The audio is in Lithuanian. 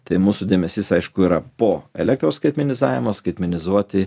tai mūsų dėmesys aišku yra po elektros skaitmenizavimo skaitmenizuoti